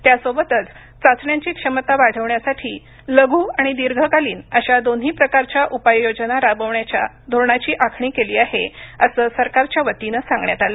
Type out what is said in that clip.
त्यासोबतच चाचण्यांची क्षमता वाढवण्यासाठी लघु आणि दीर्घकालीन अशा दोन्ही प्रकारच्या उपाययोजना राबविण्याच्या धोरणाची आखणी केली आहे असं केंद्र सरकारच्या वतीनं सांगण्यात आलं